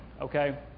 okay